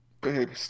Baby